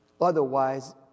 Otherwise